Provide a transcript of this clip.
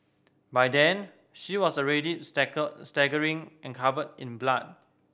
by then she was already staggering and covered in blood